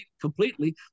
completely